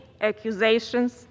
accusations